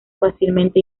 fácilmente